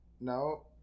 No